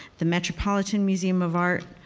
the metropolitan museum of art,